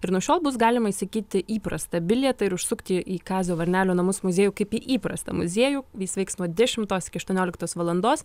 ir nuo šiol bus galima įsigyti įprastą bilietą ir užsukti į kazio varnelio namus muziejų kaip įprasta muziejų jis veiks nuo dešimtos iki aštuonioliktos valandos